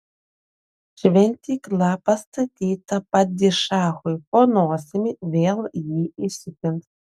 šventykla pastatyta padišachui po nosimi vėl jį įsiutins